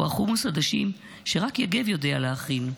או החומוס עדשים שרק יגב יודע להכין,